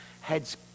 heads